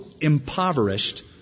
impoverished